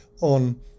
on